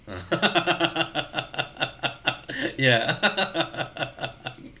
uh